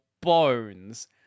bones